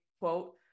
quote